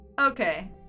Okay